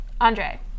Andre